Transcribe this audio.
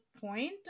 point